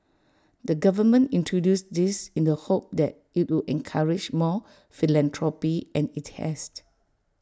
the government introduced this in the hope that IT would encourage more philanthropy and IT has